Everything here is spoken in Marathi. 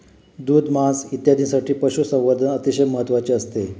दूध, मांस इत्यादींसाठी पशुसंवर्धन अतिशय महत्त्वाचे असते